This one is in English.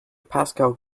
pascal